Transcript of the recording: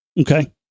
Okay